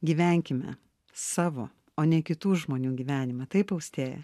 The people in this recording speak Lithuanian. gyvenkime savo o ne kitų žmonių gyvenimą taip austėja